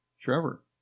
Trevor